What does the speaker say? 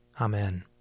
Amen